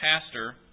pastor